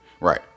Right